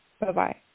Bye-bye